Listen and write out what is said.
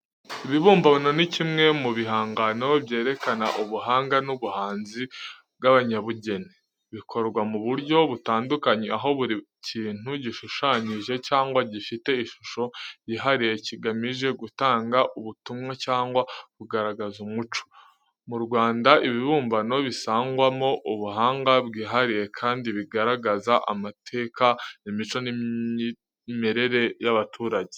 Ibibumbano ni kimwe mu bihangano byerekana ubuhanga n’ubuhanzi bw’abanyabugeni. Bikorwa mu buryo butandukanye, aho buri kintu gishushanyije cyangwa gifite ishusho yihariye, kigamije gutanga ubutumwa cyangwa kugaragaza umuco. Mu Rwanda, ibibumbano bisangwamo ubuhanga bwihariye kandi bigaragaza amateka, imico n’imyemerere y'abaturage.